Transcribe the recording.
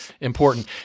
important